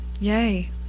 Yay